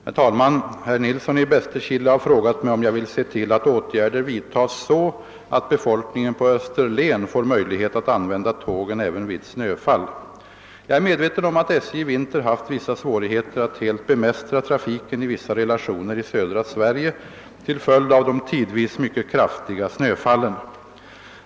Herr talman! Herr Nilsson i Bästekille har frågat mig om jag vill se till att åtgärder vidtas så att befolkningen på Österlen får möjlighet att använda tågen även vid snöfall. Jag är medveten om att SJ i vinter haft vissa svårigheter att helt bemästra trafiken i vissa relationer i södra Sverige till följd av de tidvis mycket kraftiga snöfallen.